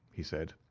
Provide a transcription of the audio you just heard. he said.